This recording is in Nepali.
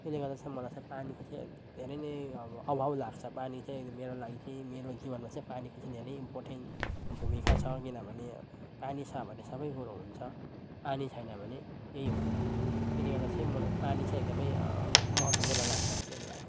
त्यसले गर्दा चाहिँ मलाई चाहिँ पानीको चाहिँ एकदम धेरै नै अब अभाव लाग्छ पानी चाहिँ मेरो लागि चाहिँ मेरो जीवनमा चाहिँ पानीको चाहिँ धेरै इम्पोर्टेन भूमिका छ किनभने पानी छ भने सबै कुरो हुन्छ पानी छैन भने केही हुन्न त्यसले गर्दा चाहिँ मलाई पानी चाहिँ एकदमै महत्त्वपूर्ण लाग्छ मेरो लाइफमा